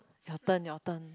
your turn your turn